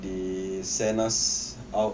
the send us out